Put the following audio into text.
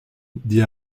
dit